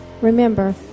Remember